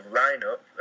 lineup